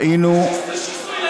ראינו, חופש ביטוי בשמאל ושיסוי לימין.